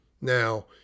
now